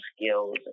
skills